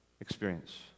experience